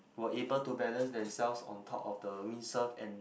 were able to balance themselves on top of the windsurf and